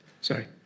Sorry